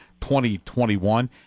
2021